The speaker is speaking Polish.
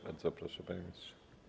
Bardzo proszę, panie ministrze.